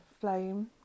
flame